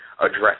address